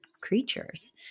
creatures